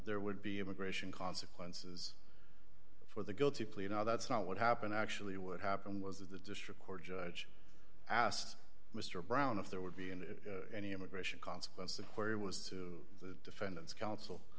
there would be immigration consequences for the guilty plea now that's not what happened actually what happened was that the district court judge asked mr brown if there would be in any immigration consequences where he was to the defendant's coun